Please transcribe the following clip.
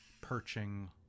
perching